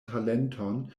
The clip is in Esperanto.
talenton